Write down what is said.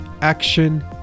action